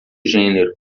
gênero